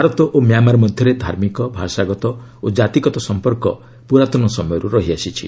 ଭାରତ ଓ ମ୍ୟାଁମାର ମଧ୍ୟରେ ଧାର୍ମିକ ଭାଷାଗତ ଓ ଜାତିଗତ ସମ୍ପର୍କ ପୁରାତନ ସମୟରୁ ରହିଆସିଛି